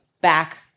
back